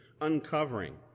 uncovering